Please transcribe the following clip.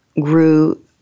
grew